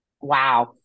Wow